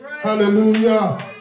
hallelujah